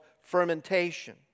fermentation